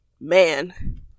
man